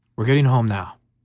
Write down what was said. we're getting home now.